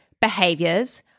behaviors